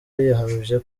yahamije